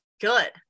good